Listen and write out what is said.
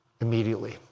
immediately